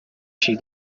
she